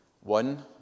one